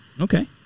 Okay